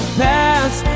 past